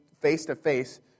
face-to-face